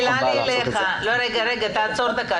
תעצור דקה,